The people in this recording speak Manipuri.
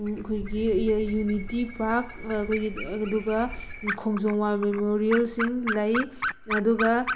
ꯑꯩꯈꯣꯏꯒꯤ ꯌꯨꯅꯤꯇꯤ ꯄꯥꯛ ꯑꯩꯈꯣꯏꯒꯤ ꯑꯗꯨꯒ ꯈꯣꯡꯖꯣꯝ ꯋꯥꯔ ꯃꯦꯃꯣꯔꯤꯌꯜꯁꯤꯡ ꯂꯩ ꯑꯗꯨꯒ